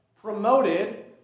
promoted